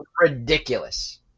ridiculous